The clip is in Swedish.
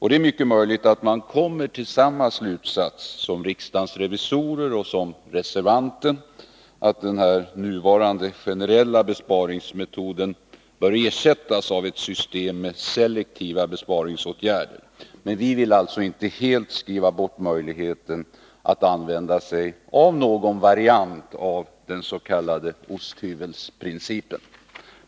Det är mycket möjligt att man kommer till samma slutsats som riksdagens revisorer och reservanten, nämligen att den nuvarande generella besparingsmetoden bör ersättas av ett system med selektiva besparingsåtgärder. Men vi vill alltså inte helt skriva bort möjligheten att använda sig av någon variant av den s.k. osthyvelsprincipen.